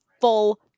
full